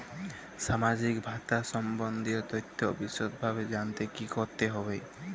সামাজিক ভাতা সম্বন্ধীয় তথ্য বিষদভাবে জানতে কী করতে হবে?